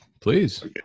please